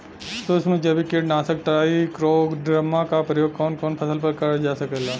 सुक्ष्म जैविक कीट नाशक ट्राइकोडर्मा क प्रयोग कवन कवन फसल पर करल जा सकेला?